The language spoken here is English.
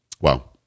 Wow